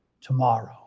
tomorrow